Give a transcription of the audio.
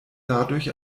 dadurch